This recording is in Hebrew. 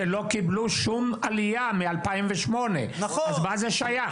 שלא קיבלו שום עלייה מאז שנת 2008, אז מה זה שייך?